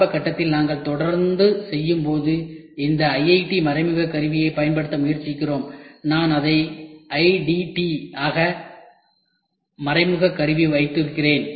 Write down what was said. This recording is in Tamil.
ஆரம்ப கட்டத்தில் நாங்கள் தொடர்ந்து செய்யும்போது இந்த IIT மறைமுக கருவியைப் பயன்படுத்த முயற்சிக்கிறோம் அல்லது நான் இதை IDT ஆக மறைமுக கருவி வைத்துக்கொள்கிறேன்